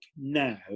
now